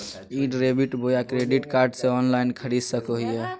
ई debit बोया credit card से online खरीद सको हिए?